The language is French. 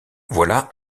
voilà